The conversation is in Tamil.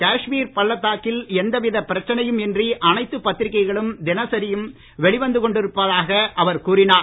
காஷ்மீர் பள்ளத்தாக்கில் எந்தவித பிரச்சனையும் இன்றி அனைத்து பத்திரிகைகளும் தினசரி வெளிவந்து கொண்டிருப்பதாக அவர் கூறினார்